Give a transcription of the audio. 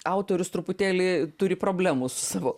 autorius truputėlį turi problemų su savo